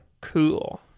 Cool